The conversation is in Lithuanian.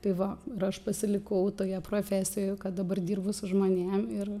tai va ir aš pasilikau toje profesijoj ką dabar dirbu su žmonėm ir